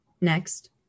Next